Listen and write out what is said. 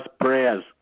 prayers